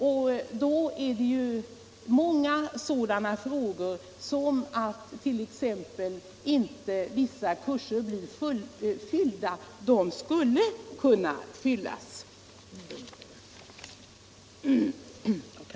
Det skulle också kunna lösa många andra problem, t.ex. problemet att många kurser inte blir fyllda.